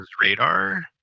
radar